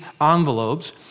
envelopes